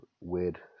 weird